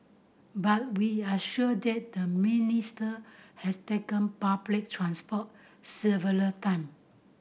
but we are sure that the Minister has taken public transport several time